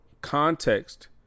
Context